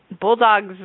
Bulldogs